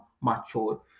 mature